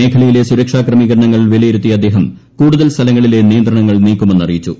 മേഖലയിലെ സൂരക്ഷാ ക്രമീകരണങ്ങൾ വിലയിരുത്തിയ അദ്ദേഹം കൂടുതൽ സ്ഥലങ്ങളിലെ നിയന്ത്രണങ്ങൾ നീക്കുമെന്ന് അറിയിച്ചു